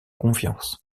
confiance